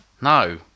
no